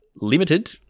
Limited